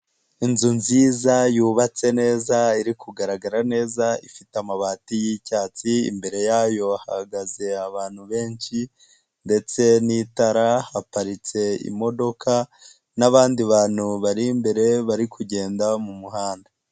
Inzu nziza yubatse neza iri kugaragara neza ifite amabati y'icyatsi, imbere yayo hahagaze abantu benshi ndetse n'itara, haparitse imodoka n'abandi bantu bari imbere bari kugenda mu muhanda.